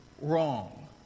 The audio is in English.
wrong